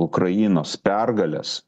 ukrainos pergalės